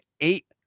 eight